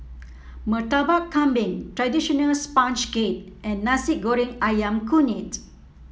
Murtabak Kambing traditional sponge cake and Nasi Goreng ayam kunyit